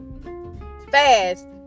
fast